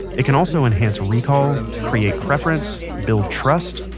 it can also enhance recall, create preference, build trust,